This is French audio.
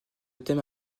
thèmes